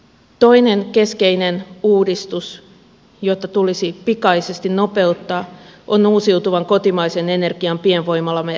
toinen keskeinen uudistus jota tulisi pikaisesti nopeuttaa on uusiutuvan kotimaisen energian pienvoimalaverkko